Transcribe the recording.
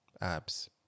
Abs